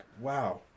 wow